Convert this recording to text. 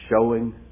showing